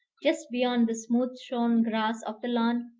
just beyond the smooth-shorn grass of the lawn,